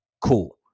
cool